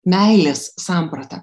meilės samprata